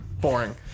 Boring